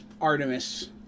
Artemis